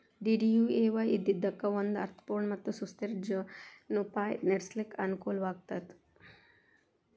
DDUAY ಇದ್ದಿದ್ದಕ್ಕ ಒಂದ ಅರ್ಥ ಪೂರ್ಣ ಮತ್ತ ಸುಸ್ಥಿರ ಜೇವನೊಪಾಯ ನಡ್ಸ್ಲಿಕ್ಕೆ ಅನಕೂಲಗಳಾಗ್ತಾವ